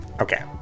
Okay